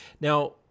Now